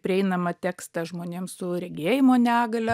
prieinamą tekstą žmonėms su regėjimo negalia